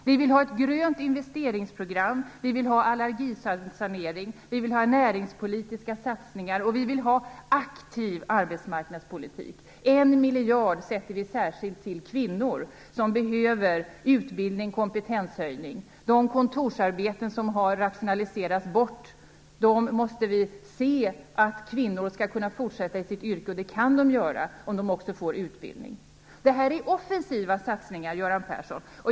Vi vill ha ett grönt investeringsprogram. Vi vill ha allergisanering. Vi vill ha näringspolitiska satsningar. Vi vill ha aktiv arbetsmarknadspolitik. Vi avsätter 1 miljard särskilt till kvinnor som behöver utbildning och kompetenshöjning. Vi måste se till att de kvinnor som har haft kontorsarbeten som har rationaliserats bort kan fortsätta i sina yrken. Det kan de göra om de får utbildning. Detta är offensiva satsningar, Göran Persson.